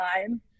time